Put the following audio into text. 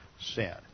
sin